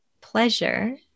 pleasure